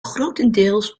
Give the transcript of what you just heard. grotendeels